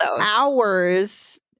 hours